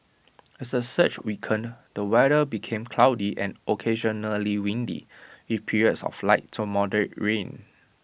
as the surge weakened the weather became cloudy and occasionally windy with periods of light to moderate rain